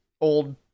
old